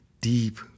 deep